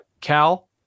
Cal